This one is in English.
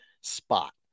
spot